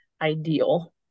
ideal